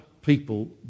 people